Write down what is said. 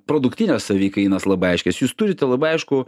produktines savikainas labai aiškias jūs turite labai aiškų